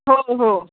हो हो